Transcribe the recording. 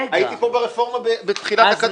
הייתי כאן ברפורמה בתחילת הקדנציה.